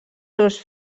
seus